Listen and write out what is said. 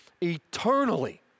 eternally